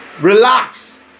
Relax